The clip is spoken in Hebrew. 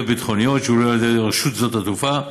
ביטחוניות שהועלו על ידי רשות שדות התעופה.